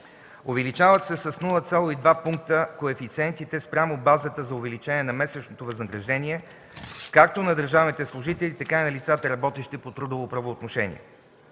Увеличават се с 0,2 пункта коефициентите спрямо базата за увеличение на месечното възнаграждение както на държавните служители, така и на лицата, работещи по трудово правоотношение.